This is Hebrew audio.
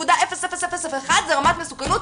0.0001 זו רמת מסוכנות,